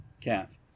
calf